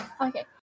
Okay